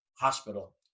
hospital